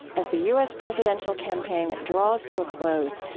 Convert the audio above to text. as the u s. presidential campaign draws to a close,